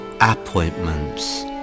appointments